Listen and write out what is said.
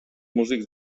músics